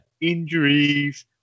injuries